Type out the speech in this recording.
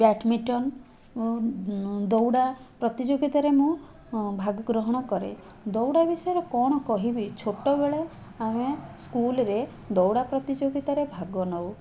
badminton ଓ ଦୌଡ଼ା ପ୍ରତିଯୋଗିତାରେ ମୁଁ ଭାଗ ଗ୍ରହଣ କରେ ଦୌଡ଼ା ବିଷୟରେ କ'ଣ କହିବି ଛୋଟ ବେଳେ ଆମେ ସ୍କୁଲରେ ଦୌଡ଼ା ପ୍ରତିଯୋଗିତାରେ ଭାଗ ନେଉ